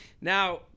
Now